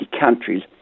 countries